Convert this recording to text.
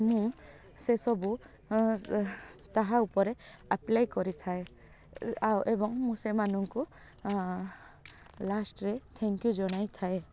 ମୁଁ ସେସବୁ ତାହା ଉପରେ ଆପ୍ଲାଏ କରିଥାଏ ଆଉ ଏବଂ ମୁଁ ସେମାନଙ୍କୁ ଲାଷ୍ଟରେ ଥ୍ୟାଙ୍କ ୟୁ ଜଣାଇ ଥାଏ